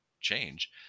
change